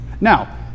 Now